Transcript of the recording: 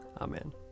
Amen